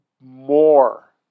more